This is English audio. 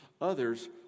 Others